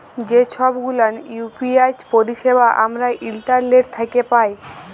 যে ছব গুলান ইউ.পি.আই পারিছেবা আমরা ইন্টারলেট থ্যাকে পায়